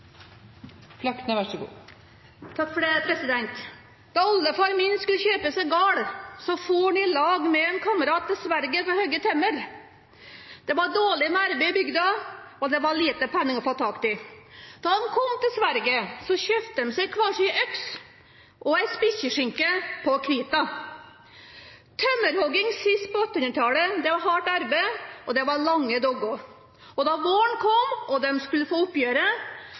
Da oldefaren min skulle kjøpe seg gard, dro han sammen med en kamerat til Sverige for å hogge tømmer. Det var dårlig med arbeid i bygda, og det var lite penning å få tak i. Da de kom til Sverige, kjøpte de seg hver sin øks og en spekeskinke på krita. Tømmerhogging sist på 1800-tallet var hardt arbeid, og det var lange dager. Da våren kom og de skulle få